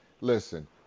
listen